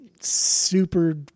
super